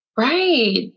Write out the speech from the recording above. Right